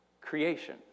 creation